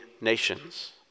nations